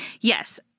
yes